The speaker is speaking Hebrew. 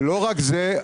מה תלוי בי?